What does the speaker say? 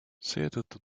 seetõttu